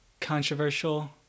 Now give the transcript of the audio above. controversial